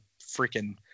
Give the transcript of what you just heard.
freaking